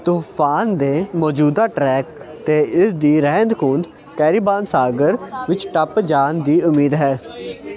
ਤੂਫਾਨ ਦੇ ਮੌਜੂਦਾ ਟ੍ਰੈਕ 'ਤੇ ਇਸ ਦੀ ਰਹਿੰਦ ਖੂੰਹਦ ਕੈਰੇਬੀਅਨ ਸਾਗਰ ਵਿੱਚ ਟੱਪ ਜਾਣ ਦੀ ਉਮੀਦ ਹੈ